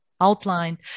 outlined